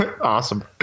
Awesome